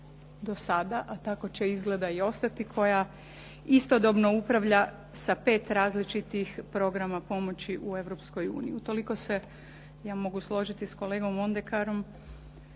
a tako će izgleda i ostati koja istodobno upravlja sa 5 različitih programa pomoći u Europskoj uniji. Utoliko se ja mogu složiti s kolegom Mondekarom